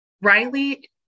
Riley